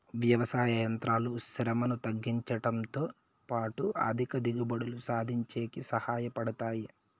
వ్యవసాయ యంత్రాలు శ్రమను తగ్గించుడంతో పాటు అధిక దిగుబడులు సాధించేకి సహాయ పడతాయి